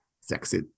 Sexy